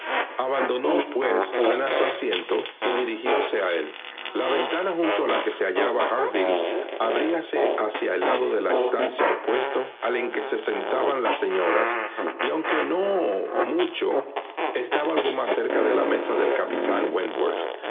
abandonó pues ana su asiento y dirigióse a él la ventana junto a la que se hallaba harville abríase hacia el lado de la estancia opuesto al en que se sentaban las señoras y aunque no mucho estaba algo más cerca de la mesa del capitán